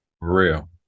real